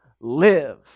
live